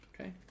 Okay